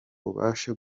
ubashe